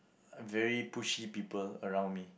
very pushy people around me